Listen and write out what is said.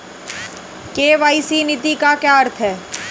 KYC नीति का क्या अर्थ है?